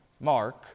Mark